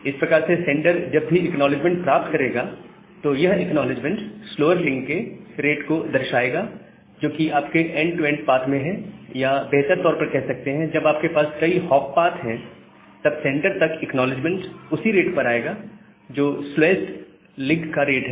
इस प्रकार से सेंडर जब भी एक्नॉलेजमेंट प्राप्त करेगा तो यह एक्नॉलेजमेंट स्लोवर लिंक के रेट को दर्शाएगा जोकि आपके एंड टूर एंड पाथ में है या बेहतर तौर पर कह सकते हैं जब आपके पास कई हॉप पाथ हैं तब सेंडर तक एक्नॉलेजमेंट उसी रेट पर आएगा जो स्लोएस्ट लिंक का रेट है